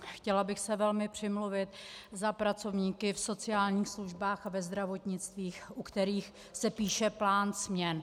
Chtěla bych se velmi přimluvit za pracovníky v sociálních službách a ve zdravotnictví, u kterých se píše plán směn.